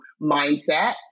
mindset